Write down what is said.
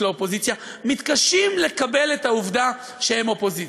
האופוזיציה מתקשים לקבל את העובדה שהם אופוזיציה.